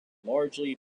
largely